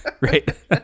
right